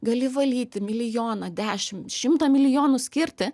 gali valyti milijoną dešim šimtą milijonų skirti